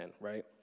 right